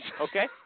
Okay